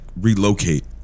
relocate